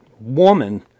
woman